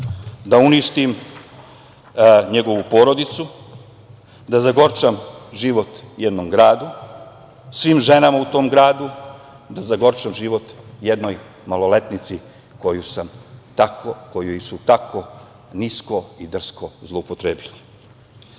da uništim njegovu porodicu, da zagorčam život jednom gradu, svim ženama u tom gradu, da zagorčam život jednoj maloletnici koju su tako nisko i drsko zloupotrebili. Šta